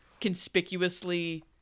conspicuously